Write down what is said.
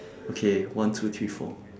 okay one two three four